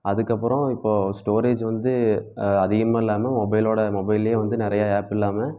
அதற்கப்பறம் இப்போ ஸ்டோரேஜ் வந்து அதிகமாக இல்லாமல் மொபைலோட மொபைல்லயே வந்து நிறைய ஆப் இல்லாமல்